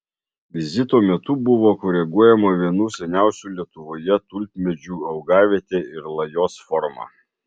vizito metu buvo koreguojama vienų seniausių lietuvoje tulpmedžių augavietė ir lajos forma